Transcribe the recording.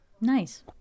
Nice